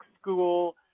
school